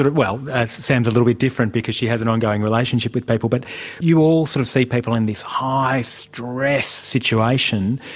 well, sam is a little bit different because she has an ongoing relationship with people, but you all sort of see people in this high-stress situation,